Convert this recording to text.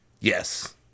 Yes